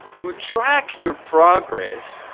to track your progress,